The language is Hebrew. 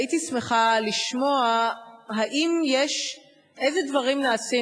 הייתי שמחה לשמוע אילו דברים נעשים,